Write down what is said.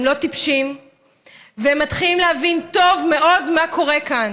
לא טיפשים והם מתחילים להבין טוב מאוד מה קורה כאן.